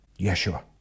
Yeshua